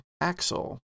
Axel